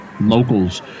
locals